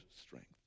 strength